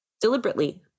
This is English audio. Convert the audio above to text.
deliberately